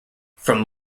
from